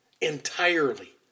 Entirely